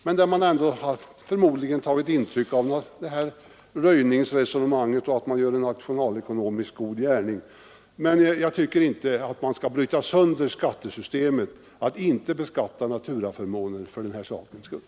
Men man har förmodligen ändå tagit intryck av det här röjningsresonemanget och talet om att man gör en nationalekonomiskt god gärning. Men jag tycker alltså inte att vi skall bryta sönder skattesystemet för den här sakens skull genom att inte beskatta naturaförmåner.